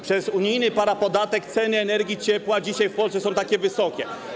Przez unijny parapodatek ceny energii i ciepła są dzisiaj w Polsce takie wysokie.